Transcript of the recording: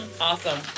Awesome